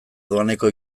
doaneko